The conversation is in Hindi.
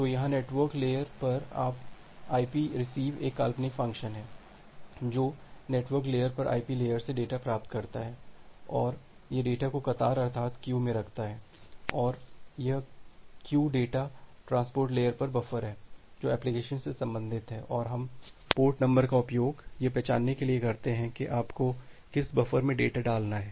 तो यहाँ नेटवर्क लेयर पर यह IP रिसीव एक काल्पनिक फ़ंक्शन है जो नेटवर्क लेयर पर IP लेयर से डेटा प्राप्त करता है और यह डेटा को कतार अर्थार्त क्यू में रखता है और यह क्यू ट्रांसपोर्ट लेयर पर बफर है जो एप्लीकेशन से सम्बंधित है और हम पोर्ट नंबर का उपयोग यह पहचानने के लिए करते हैं कि आपको किस बफर में डेटा डालना है